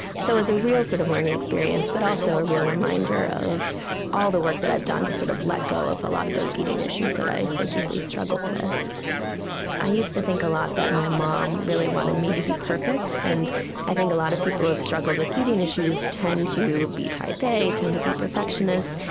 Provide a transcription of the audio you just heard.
so it was a real sort of learning experience but also a real reminder of all the work that i've done to sort of let go of a lot of those eating issues that i so deeply struggled with i used to think a lot that my mom really wanted me to be perfect, and i think a lot of people who have struggled with eating issues tend to be type a, tend to be perfectionists.